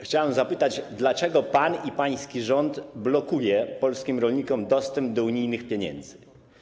Chciałem zapytać, dlaczego pan i pański rząd blokujecie polskim rolnikom dostęp do unijnych pieniędzy.